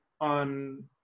on